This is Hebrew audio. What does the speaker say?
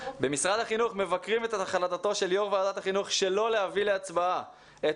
במשרד החינוך מבקרים את החלטתו של יו"ר ועדת החינוך שלא להביא להצבעה את